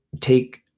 take